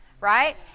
right